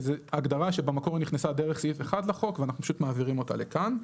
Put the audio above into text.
שההגדרה שבמקור נכנסה דרך סעיף 1 לחוק ואנחנו פשוט מעבירים אותה לכאן.